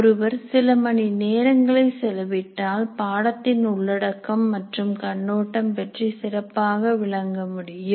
ஒருவர் சில மணி நேரங்களை செலவிட்டால் பாடத்தின் உள்ளடக்கம் மற்றும் கண்ணோட்டம் பற்றி சிறப்பாக விளங்க முடியும்